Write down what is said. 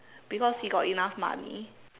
because he got enough money